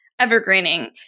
evergreening